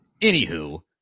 anywho